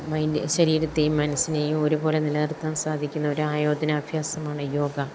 mine ശരീരത്തെയും മനസ്സിനെയും ഒരുപോലെ നിലനിർത്താൻ സാധിക്കുന്ന ഒരായോധന അഭ്യാസമാണ് യോഗ